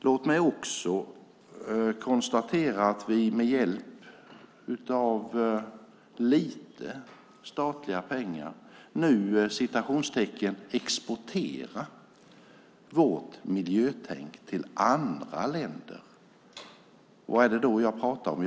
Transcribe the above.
Låt mig också konstatera att vi med hjälp av lite statliga pengar nu "exporterar" vårt miljötänkande till andra länder. Vad pratar jag om?